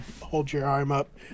hold-your-arm-up